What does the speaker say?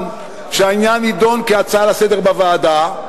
שהעניין יידון כהצעה לסדר-היום בוועדה.